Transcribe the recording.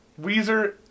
Weezer